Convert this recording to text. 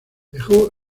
dejó